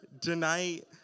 tonight